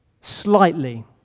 slightly